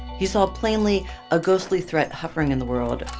he saw plainly a ghostly threat hovering in the world,